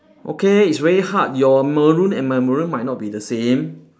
okay it's very hard your maroon and my maroon might not be the same